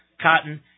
Cotton